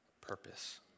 purpose